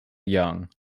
young